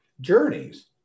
journeys